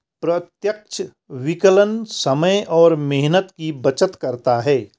प्रत्यक्ष विकलन समय और मेहनत की बचत करता है